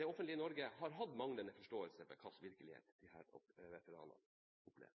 det offentlige Norge har hatt manglende forståelse for hva slags virkelighet veteranene opplever.